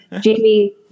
Jamie